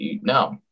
No